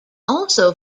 also